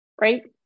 right